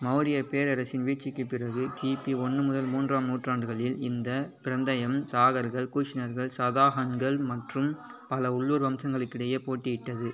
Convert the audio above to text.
மௌரியப் பேரரசின் வீழ்ச்சிக்குப் பிறகு கிபி ஒன்று முதல் மூன்றாம் நூற்றாண்டுகளில் இந்த பிரந்தயம் சாகர்கள் கூஷ்ணர்கள் சதாஹன்கள் மற்றும் பல உள்ளூர் வம்சங்களுக்கிடையே போட்டியிட்டது